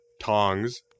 Tongs